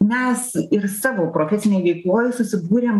mes ir savo profesinėj veikloj susibūrėm